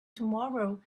tomorrow